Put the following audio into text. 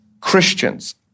Christians